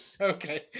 Okay